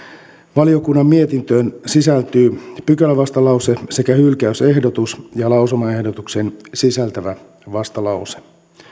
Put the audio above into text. valiokunnan mietintöön sisältyy pykälävastalause sekä hylkäysehdotus ja lausumaehdotuksen sisältävä vastalause